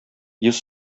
йөз